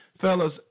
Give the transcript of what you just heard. Fellas